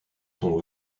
son